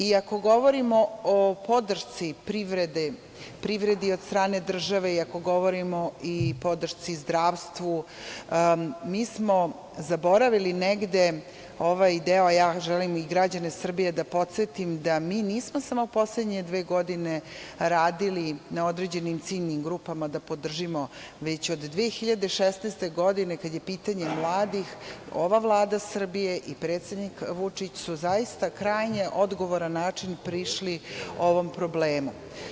I ako govorimo o podršci privredi od strane države i ako govorimo o podršci zdravstvu, mi smo zaboravili negde ovaj deo, a želim i građane Srbije da podsetim da mi nismo samo poslednje dve godine radili na određenim ciljnim grupama da podržimo, već od 2016. godine kada je pitanje mladih ova Vlada Srbije i predsednik Vučić su zaista na krajnje odgovoran način prišli ovom problemu.